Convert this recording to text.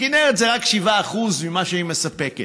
הכינרת, זה רק 7% ממה שהיא מספקת,